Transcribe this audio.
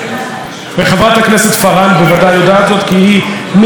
וחברת הכנסת פארן ודאי יודעת זאת, כי היא, לא.